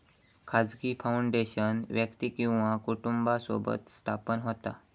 खाजगी फाउंडेशन व्यक्ती किंवा कुटुंबासोबत स्थापन होता